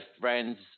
friends